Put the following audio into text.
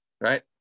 Right